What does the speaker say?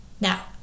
Now